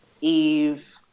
Eve